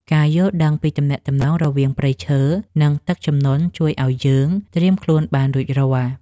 ការយល់ដឹងពីទំនាក់ទំនងរវាងព្រៃឈើ និងទឹកជំនន់ជួយឱ្យយើងត្រៀមខ្លួនបានរួចរាល់។